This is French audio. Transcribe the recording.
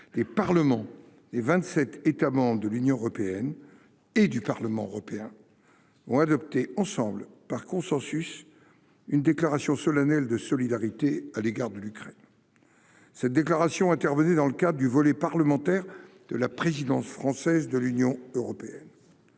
des parlements des vingt-sept États membres de l'Union européenne et du Parlement européen ont adopté, par consensus, une déclaration solennelle de solidarité à l'égard de l'Ukraine. Cette déclaration intervenait dans le cadre du volet parlementaire de la présidence française du Conseil de l'Union européenne.